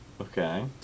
Okay